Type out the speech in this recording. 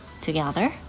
together